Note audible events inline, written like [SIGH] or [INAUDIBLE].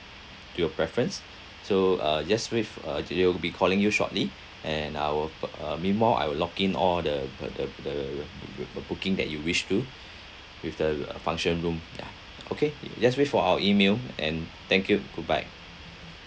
to your preference so uh just wait uh they will be calling you shortly and I will uh meanwhile I will lock in all the the the the [NOISE] the booking that you wish to with the function room yeah okay just wait for our email and thank you goodbye